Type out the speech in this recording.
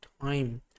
time